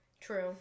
true